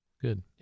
Good